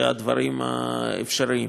במקום שהדברים אפשריים.